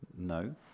No